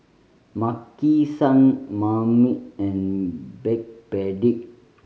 Maki San Marmite and Backpedic